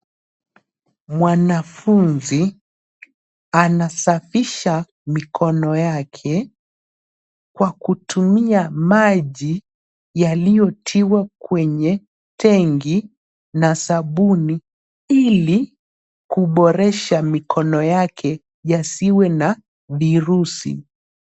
Mwanafunzi anasafisha mikono yake kwa kutumia maji yaliyotiwa kwenye tenki na sabuni ili kuboresha mikono yake yasiwe na virusi.